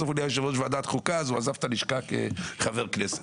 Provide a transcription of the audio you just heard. בסוף הוא היה יושב ראש ועדת החוקה והוא עזב את הלשכה עת היה חבר כנסת.